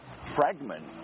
fragment